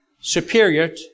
superior